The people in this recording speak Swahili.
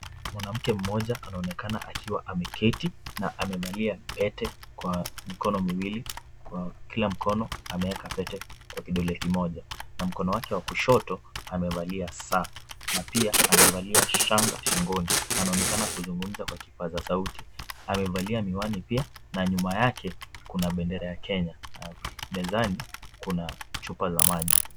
Mwanamke mmoja anaonekana akiwa ameketi na amevalia pete kwa mikono miwili na kwa kila mkono ameeka Pete kwa kidole kimoja na mkono wake wa kushoto amevalia saa na pia amevalia shanga shingoni . Anaonekana akizungumza kwa kipaza sauti. .Amevalia miwani pia na nyuma yake kuna bendera ya Kenya. Mezani kuna chupa za maji.